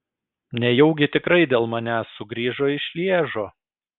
nejaugi tikrai dėl manęs sugrįžo iš lježo